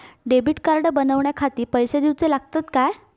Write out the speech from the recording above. Debit card बनवण्याखाती पैसे दिऊचे लागतात काय?